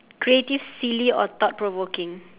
creative silly or thought provoking